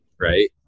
right